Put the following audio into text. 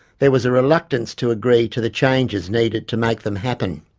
there was a reluctance to agree to the changes needed to make them happen.